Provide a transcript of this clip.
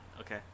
Okay